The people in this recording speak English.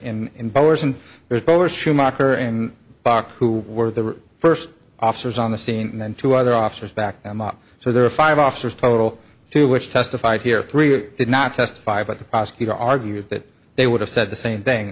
over schumacher and bach who were the first officers on the scene and then two other officers back them up so there are five officers total two which testified here three did not testify but the prosecutor argued that they would have said the same thing